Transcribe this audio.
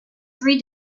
three